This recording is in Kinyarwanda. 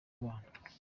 abana